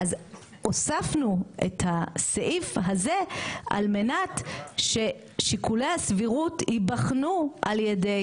אז הוספנו את הסעיף הזה על מנת ששיקולי הסבירות ייבחנו על ידי